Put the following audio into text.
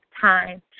time